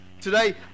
Today